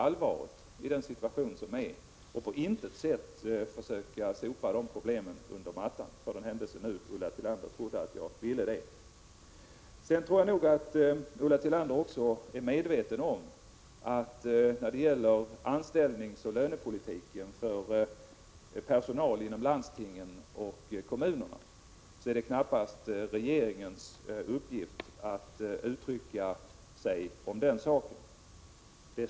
Även personalsituationen inom barnomsorgen kommer att kräva särskild uppmärksamhet under de närmaste åren. Redan i dag har flera kommuner problem med att rekrytera förskollärare och barnskötare.